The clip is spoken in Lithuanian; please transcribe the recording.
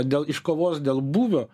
dėl iš kovos dėl būvio